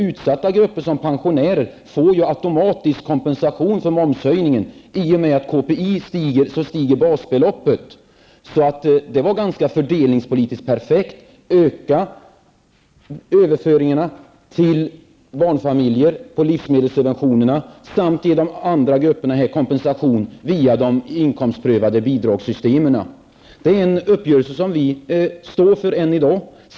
Utsatta grupper som pensionärer får ju automatiskt kompensation för momshöjningen. I och med att KPI stiger, så stiger basbeloppet. Det var fördelningspolitiskt ganska perfekt att öka överföringarna till barnfamiljer på livsmedelssubventionerna samt ge de andra grupperna kompensation via de inkomstprövade bidragssystemen. Det är en uppgörelse som vi står för än i dag.